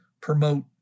promote